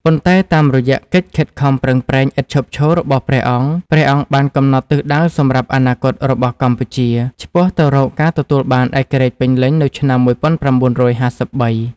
ប៉ុន្តែតាមរយៈកិច្ចខិតខំប្រឹងប្រែងឥតឈប់ឈររបស់ព្រះអង្គ ព្រះអង្គបានកំណត់ទិសដៅសម្រាប់អនាគតរបស់កម្ពុជា ឆ្ពោះទៅរកការទទួលបានឯករាជ្យពេញលេញនៅឆ្នាំ១៩៥៣។